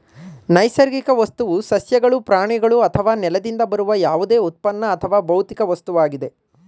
ನೈಸರ್ಗಿಕ ವಸ್ತುವು ಸಸ್ಯಗಳು ಪ್ರಾಣಿಗಳು ಅಥವಾ ನೆಲದಿಂದ ಬರುವ ಯಾವುದೇ ಉತ್ಪನ್ನ ಅಥವಾ ಭೌತಿಕ ವಸ್ತುವಾಗಿದೆ